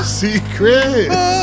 secret